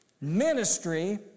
ministry